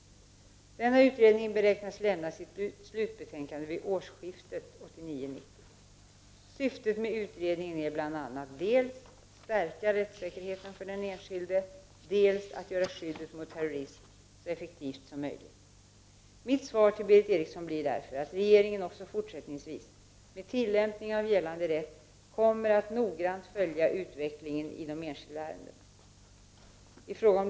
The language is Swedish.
Denna utredning beräknas lämna sitt slutbetänkande vid årsskiftet 1989-1990. Syftet med utredningen är bl.a. dels al stärka rättssäkerheten för den enskilde, dels att göra skyddet mot terrorism så effektivt som möjligt. Mitt svar till Berith Eriksson blir därför att regeringen också fortsättningsvis med tillämpning av gällande rätt kommer att noggrant följa utvecklingen i de enskilda ärendena.